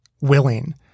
willing